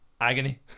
agony